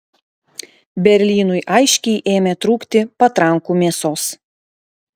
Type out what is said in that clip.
berlynui aiškiai ėmė trūkti patrankų mėsos